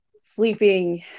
sleeping